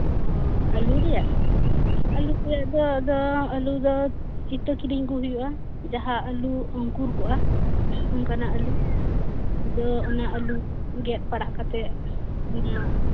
ᱚᱻᱟᱞᱩ ᱨᱮᱭᱟᱜ ᱟᱞᱩ ᱨᱮᱭᱟᱜ ᱫᱚ ᱟᱫᱚ ᱟᱞᱩ ᱫᱚ ᱤᱛᱟᱹ ᱠᱤᱨᱤᱧ ᱟᱜᱩ ᱦᱩᱭᱩᱜᱼᱟ ᱡᱟᱦᱟᱸ ᱟᱞᱩ ᱚᱝᱠᱩᱨ ᱠᱚᱜᱼᱟ ᱚᱝᱠᱟᱱᱟᱜ ᱟᱞᱩ ᱟᱫᱚ ᱚᱱᱟ ᱟᱞᱩ ᱜᱮᱫ ᱯᱟᱲᱟᱜ ᱠᱟᱛᱮᱜ ᱚᱱᱟ